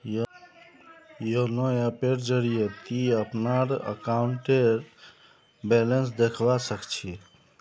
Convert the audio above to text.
YONO ऐपेर जरिए ती अपनार अकाउंटेर बैलेंस देखवा सख छि